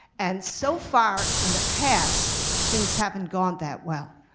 and, so far, in the past things haven't gone that well.